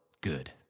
good